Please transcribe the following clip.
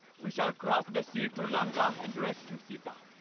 we shall cross the sea to lanka and rescue sita.